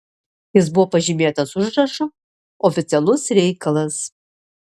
jis buvo pažymėtas užrašu oficialus reikalas